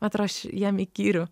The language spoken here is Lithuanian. man atrodo aš jam įkyriu